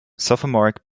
sophomoric